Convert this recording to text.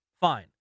Fine